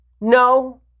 No